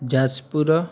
Jajpur